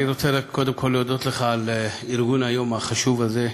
אני רוצה קודם כול להודות לך על ארגון היום החשוב הזה,